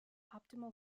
optimal